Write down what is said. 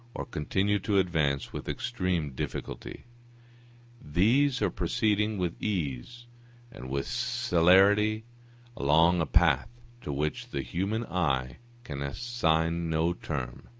or continue to advance with extreme difficulty these are proceeding with ease and with celerity along a path to which the human eye can assign no term.